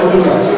איך קוראים לה?